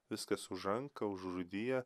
viskas užanka užrūdija